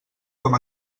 com